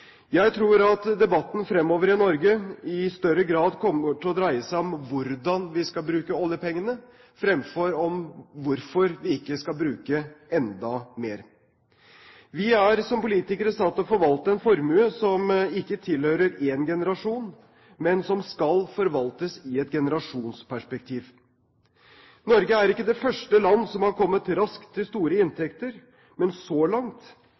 Jeg tror at debatten i Norge fremover i større grad kommer til å dreie seg om hvordan vi skal bruke oljepengene, fremfor om hvorfor vi ikke skal bruke enda mer. Vi er som politikere satt til å forvalte en formue som ikke tilhører én generasjon, men som skal forvaltes i et generasjonsperspektiv. Norge er ikke det første land som har kommet raskt til store inntekter, men så langt